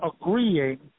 agreeing